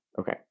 okay